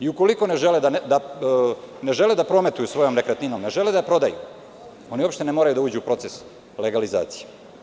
Ukoliko ne žele da prometuju svojom nekretninom, ne žele da prodaju, oni uopšte ne moraju da uđu u proces legalizacije.